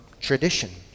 tradition